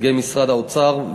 ונציגי משרד האוצר,